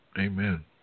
Amen